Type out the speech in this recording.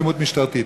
אלימות משטרתית.